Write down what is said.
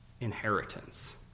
inheritance